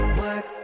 work